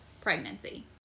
pregnancy